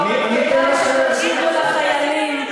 כשאת מדברת על הארגון,